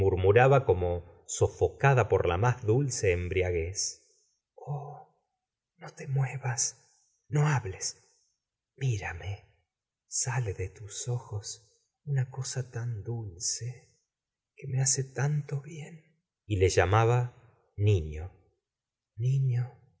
murmuraba como sofocada por la más dulce embriag uez oh no te muevas no hables mirame sale de tus ojos una cosa tan dulce que me hace tanto bien y le llamaba niño niño